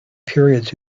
periods